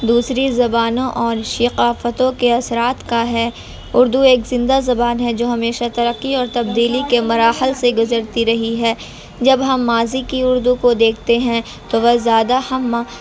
دوسری زبانوں اور ثقافتوں کے اثرات کا ہے اردو ایک زندہ زبان ہے جو ہمیشہ ترقی اور تبدیلی کے مراحل سے گزرتی رہی ہے جب ہم ماضی کی اردو کو دیکھتے ہیں تو وہ زیادہ ہم